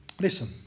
listen